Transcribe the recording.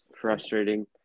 frustrating